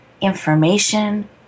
information